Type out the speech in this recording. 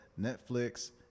Netflix